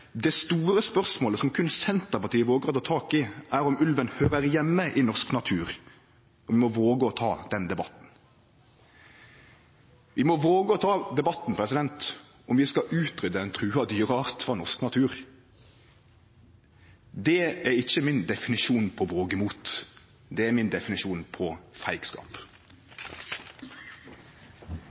store spørsmålet, som kun Senterpartiet våger å ta i, er om ulven hører hjemme i norsk natur.» Og ein må våge å ta den debatten. Vi må våge å ta debatten om vi skal utrydde ein trua dyreart frå norsk natur. Det er ikkje min definisjon av vågemot, det er min definisjon av feigskap.